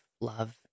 love